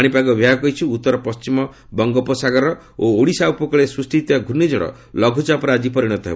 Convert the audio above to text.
ପାଣିପାଗ ବିଭାଗ କହିଛି ଉତ୍ତର ପଶ୍ଚିମ ବଙ୍ଗୋପସାଗର ଓ ଓଡ଼ିଶା ଉପକଳରେ ସୃଷ୍ଟି ହୋଇଥିବା ଘର୍ଣ୍ଣିଝଡ଼ ଲଘ୍ରଚାପରେ ଆଜି ପରିଣତ ହେବ